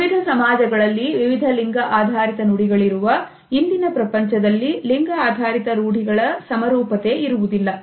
ವಿವಿಧ ಸಮಾಜಗಳಲ್ಲಿ ವಿವಿಧ ಲಿಂಗ ಆಧಾರಿತ ನುಡಿಗಳಿರುವ ಇಂದಿನ ಪ್ರಪಂಚದಲ್ಲಿ ಲಿಂಗ ಆಧಾರಿತ ರೂಢಿಗಳ ಸಮರೂಪತೆ ಇರುವುದಿಲ್ಲ